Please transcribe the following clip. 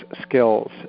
skills